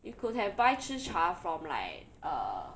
you could have buy chicha from like err